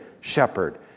shepherd